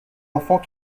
enfants